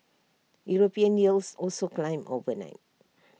european yields also climbed overnight